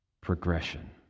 Progression